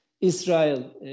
Israel